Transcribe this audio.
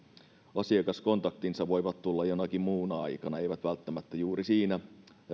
asiakaskontaktinsa voivat tulla jonakin muuna aikana eivät välttämättä juuri siinä